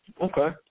Okay